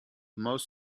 most